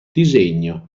disegno